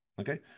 okay